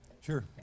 Sure